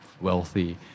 wealthy